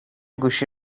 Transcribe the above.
گوشی